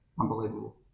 unbelievable